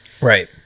Right